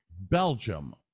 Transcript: belgium